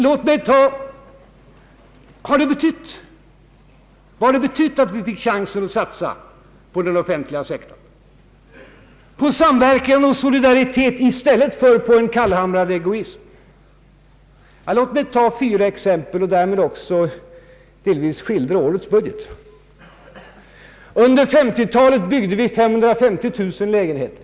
Vad har det betytt att vi fick chansen att satsa på den offentliga sektorn, på samverkan och solidaritet i stället för på en kallhamrad egoism? Låt mig få ge fyra exempel och därmed även skildra årets budget. Under 1950-talet byggde vi 550 000 lägenheter.